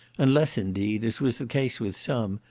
unless, indeed, as was the case with some,